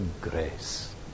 grace